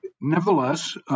Nevertheless